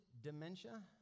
dementia